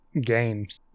games